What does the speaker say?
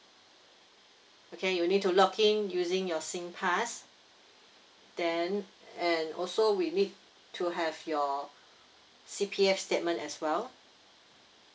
okay you need to login using your Singpass then and also we need to have your C_P_F statement as well